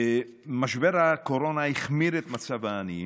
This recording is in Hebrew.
משבר הקורונה החמיר את מצב העניים.